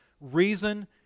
reason